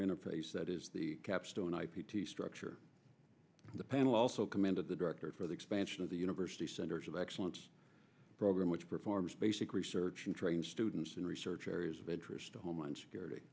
interface that is the capstone i p t structure the panel also commanded the director for the expansion of the university centers of excellence program which performs basic research in train students in research areas of interest to homeland security